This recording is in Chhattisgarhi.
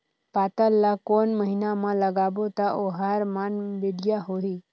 पातल ला कोन महीना मा लगाबो ता ओहार मान बेडिया होही?